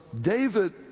David